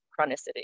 chronicity